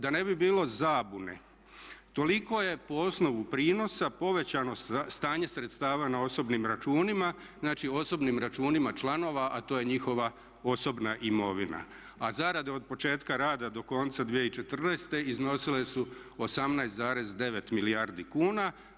Da ne bi bilo zabune, toliko je po osnovu prinosa povećano stanje sredstava na osobnim računima, znači osobnim računima članova, a to je njihova osobna imovina, a zarade od početka rada do konca 2014. iznosile su 18,9 milijardi kuna.